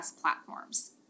platforms